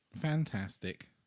fantastic